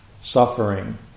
suffering